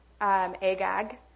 Agag